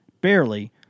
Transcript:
Barely